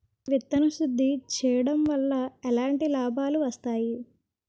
విత్తన శుద్ధి చేయడం వల్ల ఎలాంటి లాభాలు వస్తాయి?